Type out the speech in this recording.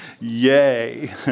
Yay